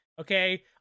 okay